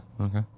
Okay